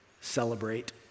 Celebrate